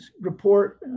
report